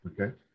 okay